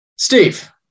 Steve